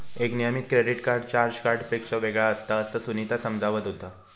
एक नियमित credit card charge कार्डपेक्षा वेगळा असता, असा सुनीता समजावत होता